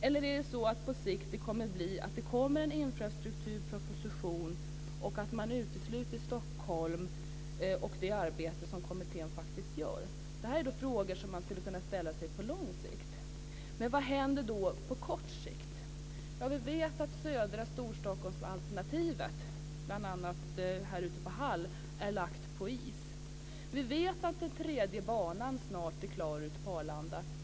Eller kommer det på sikt att bli så att det kommer att läggas fram en infrastrukturproposition och att man utesluter Stockholm och det arbete som kommittén faktiskt gör? Detta är frågor som man skulle kunna ställa på lång sikt. Men vad händer på kort sikt? Vi vet att alternativet för södra Storstockholm, bl.a. på Hall, är lagt på is. Vi vet att den tredje banan snart är klar ute på Arlanda.